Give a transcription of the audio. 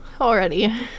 already